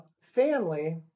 family